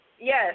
yes